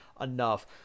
enough